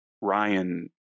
Ryan